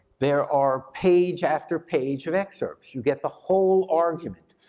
there are page after page of excerpts. you get the whole argument.